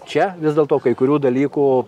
čia vis dėlto kai kurių dalykų